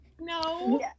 No